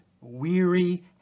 weary